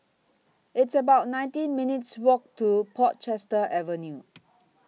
It's about nineteen minutes' Walk to Portchester Avenue